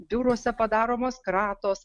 biuruose padaromos kratos